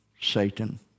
Satan